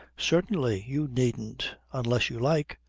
certainly. you needn't unless you like,